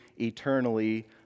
eternally